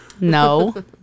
No